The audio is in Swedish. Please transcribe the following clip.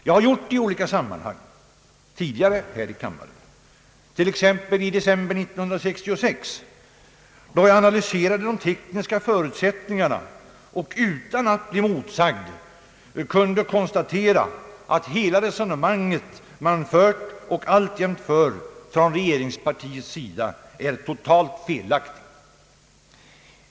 Jag har gjort det tidigare i olika sammanhang här i kammaren, t.ex. i december 1966, då jag analyserade de tekniska förutsättningarna och, utan att bli motsagd, kunde konstatera att hela det resonemang regeringspartiet fört och alltjämt för är totalt felaktigt.